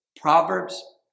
Proverbs